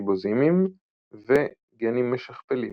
ריבוזימים וגנים משכפלים.